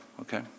okay